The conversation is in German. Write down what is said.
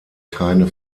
keine